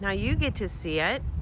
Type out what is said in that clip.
and you get to see it.